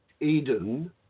Eden